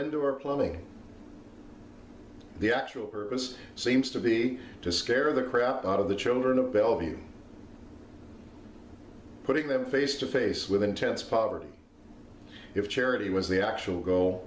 indoor plumbing the actual purpose seems to be to scare the crap out of the children of belleview putting them face to face with intense poverty if charity was the actual goal